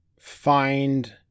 find